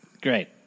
Great